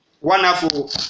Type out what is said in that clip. wonderful